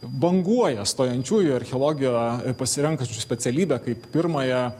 banguoja stojančiųjų į archeologiją pasirenkančių specialybę kaip pirmąją